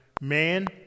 Man